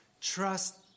Trust